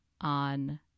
on